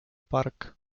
park